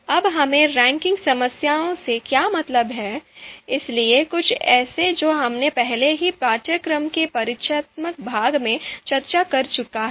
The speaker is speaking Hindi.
अब हमें रैंकिंग समस्याओं से क्या मतलब है इसलिए कुछ ऐसा जो हमने पहले ही पाठ्यक्रम के परिचयात्मक भाग में चर्चा कर चुका है